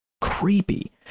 creepy